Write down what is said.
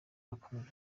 akomeza